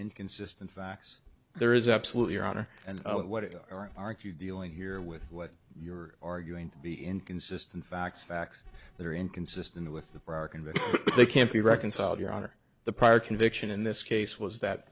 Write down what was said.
inconsistent facts there is absolutely honor and what aren't you dealing here with what you're arguing to be inconsistent facts facts that are inconsistent with the park and that they can't be reconciled your honor the prior conviction in this case was that